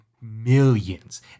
millions